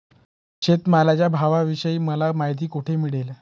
शेतमालाच्या भावाविषयी मला माहिती कोठे मिळेल?